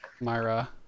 Myra